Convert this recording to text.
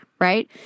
right